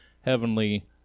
heavenly